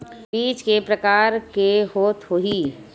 बीज के प्रकार के होत होही?